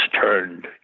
turned